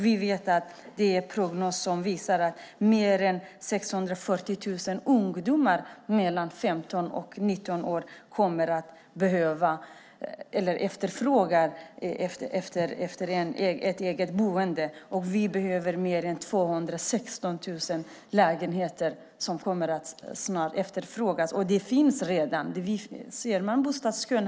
Vi vet att det finns prognoser som visar att mer än 640 000 ungdomar mellan 15 och 19 år kommer att efterfråga ett eget boende. Mer än 260 000 kommer snart att efterfrågas. Och det finns ett stort behov redan.